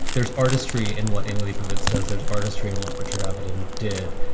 there's artistry in what annie liebovitz does. there's artistry and what richard avedon did.